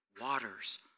waters